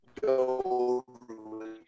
go